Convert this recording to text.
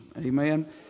amen